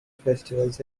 festivals